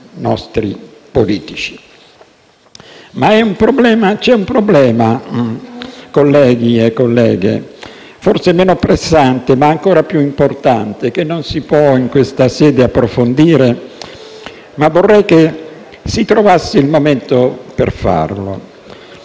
nostri politici. Ma c'è un problema, colleghi e colleghe, forse meno pressante, ma ancora più importante, che non si può in questa sede approfondire ma vorrei che si trovasse il momento per farlo.